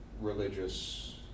religious